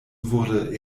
wurde